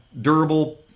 Durable